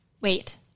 Wait